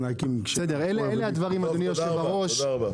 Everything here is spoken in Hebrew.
תודה רבה, תודה רבה.